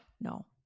No